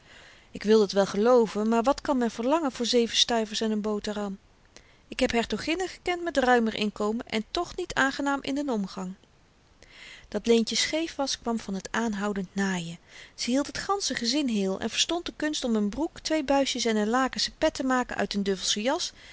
ik wil dit wel gelooven maar wat kan men verlangen voor zeven stuivers en n boterham k heb hertoginnen gekend met ruimer inkomen en toch niet aangenaam in den omgang dat leentje scheef was kwam van t aanhoudend naaien ze hield het gansche gezin heel en verstond de kunst om een broek twee buisjes en n lakenschen pet te maken uit n duffelsche jas